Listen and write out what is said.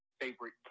favorite